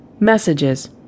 Messages –